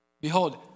Behold